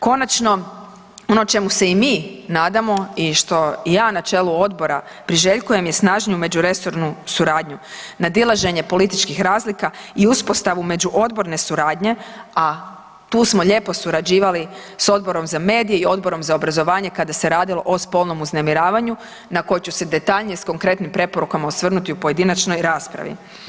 Konačno, ono čemu se i mi nadamo i što ja na čelu odbora priželjkujem je snažniju međuresornu suradnju, nadilaženje političkih razlika i uspostavu među odborne suradnje, a tu smo lijepo surađivali s Odborom za medije i Odborom za obrazovanje kada se radilo o spolnom uznemiravanju na koje ću se detaljnije s konkretnim preporukama osvrnuti u pojedinačnoj raspravi.